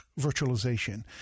virtualization